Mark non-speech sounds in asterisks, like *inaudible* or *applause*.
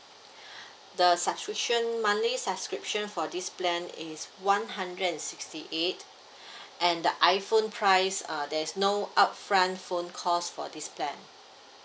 *breath* the subscription monthly subscription for this plan is one hundred and sixty eight *breath* and the iPhone price uh there is no upfront phone calls for this plan